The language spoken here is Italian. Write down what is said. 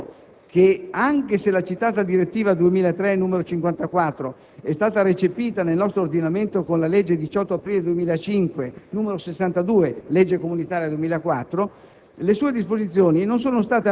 Al riguardo ho invece ricordato che anche se la citata direttiva 2003/54 è stata recepita nel nostro ordinamento con la legge 18 aprile 2005, n. 62 (legge comunitaria 2004),